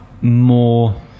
more